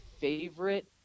favorite